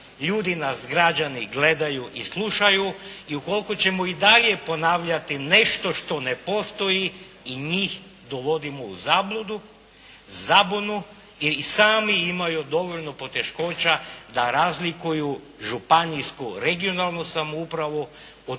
Ljudi nas, građani gledaju i slušaju i ukoliko ćemo i dalje ponavljati nešto što ne postoji i njih dovodimo u zabludu, zabunu jer i sami imaju dovoljno poteškoća da razliku županijsku regionalnu samoupravu od